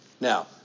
Now